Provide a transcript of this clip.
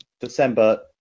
December